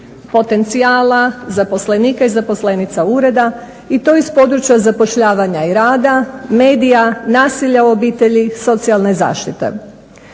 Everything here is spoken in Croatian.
potencijala zaposlenika i zaposlenica ureda i to iz područja zapošljavanja i rada, medija, nasilja u obitelji, socijalne zaštite.